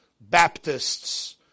Baptists